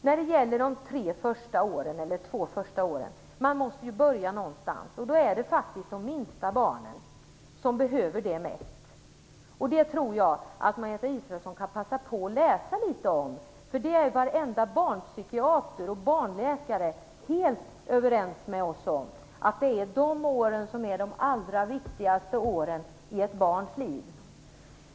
När det gäller de två eller tre första åren - ja, man måste börja någonstans - då är det faktiskt de minsta barnen som behöver det mest. Jag tycker Margareta Israelsson skall passa på att läsa litet om detta. Varenda barnpsykiater och barnläkare är helt överens med oss om att det är de åren som är de allra viktigaste i ett barns liv.